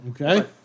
Okay